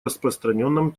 распространенном